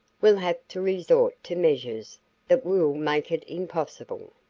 we'll have to resort to measures that will make it impossible.